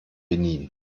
benin